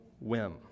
whim